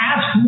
Ask